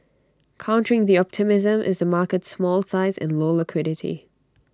countering the optimism is the market's small size and low liquidity